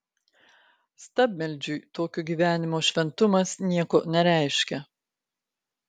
stabmeldžiui tokio gyvenimo šventumas nieko nereiškia